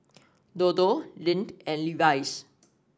Dodo Lindt and Levi's